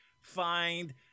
find